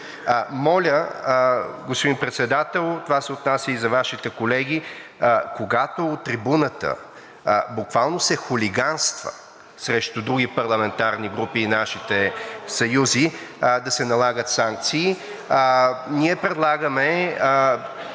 Моля, господин Председател, това се отнася и за Вашите колеги, когато от трибуната буквално се хулиганства срещу други парламентарни групи и нашите съюзи, да се налагат санкции. Ние предлагаме